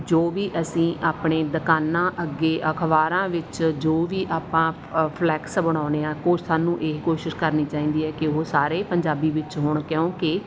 ਜੋ ਵੀ ਅਸੀਂ ਆਪਣੇ ਦੁਕਾਨਾਂ ਅੱਗੇ ਅਖ਼ਬਾਰਾਂ ਵਿੱਚ ਜੋ ਵੀ ਆਪਾਂ ਫਲੈਕਸ ਬਣਾਉਂਦੇ ਹਾਂ ਉਹ ਸਾਨੂੁੰ ਇਹ ਕੋਸ਼ਿਸ਼ ਕਰਨੀ ਚਾਹੀਦੀ ਹੈ ਕਿ ਉਹ ਸਾਰੇ ਪੰਜਾਬੀ ਵਿੱਚ ਹੋਣ ਕਿਉਂਕਿ